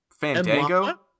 Fandango